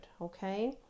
Okay